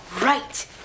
Right